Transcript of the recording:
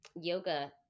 yoga